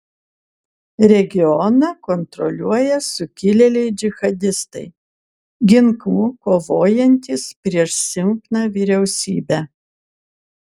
regioną kontroliuoja sukilėliai džihadistai ginklu kovojantys prieš silpną vyriausybę